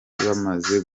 bamaze